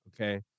Okay